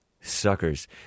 suckers